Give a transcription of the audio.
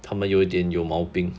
他们有点有毛病